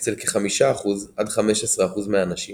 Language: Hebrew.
אצל כ־5% עד 15% מהאנשים